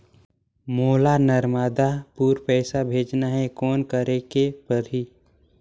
मोला नर्मदापुर पइसा भेजना हैं, कौन करेके परही?